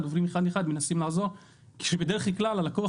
פונים לאחד אחד ומנסים לעזור כשבדרך כלל הלקוח